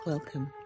Welcome